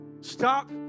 stop